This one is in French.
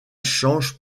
change